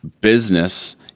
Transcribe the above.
Business